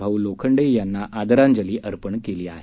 भाऊ लोखंडे यांना आदरांजली अर्पण केली आहे